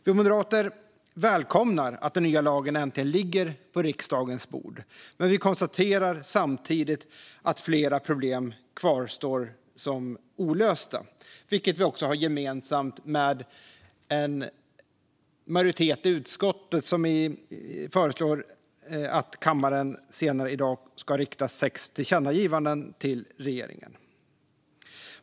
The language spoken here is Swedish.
Vi moderater välkomnar att den nya lagen äntligen ligger på riksdagens bord, men vi konstaterar samtidigt att flera olösta problem kvarstår, något som vi har gemensamt med en majoritet i utskottet som föreslår att kammaren senare i dag ska rikta sex tillkännagivanden till regeringen.